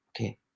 Okay